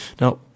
now